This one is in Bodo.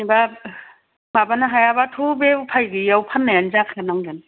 जेनोबा माबानो हायाबाथ' बे उफाय गैयैआव फननायानो जाखा नांगोन